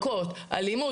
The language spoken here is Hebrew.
מכות או אלימות,